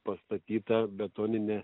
pastatyta betoninė